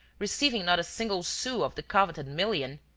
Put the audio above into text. receiving not a single sou of the coveted million.